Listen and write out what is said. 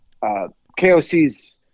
KOC's